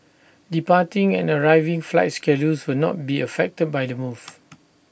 departing and arriving flight schedules will not be affected by the move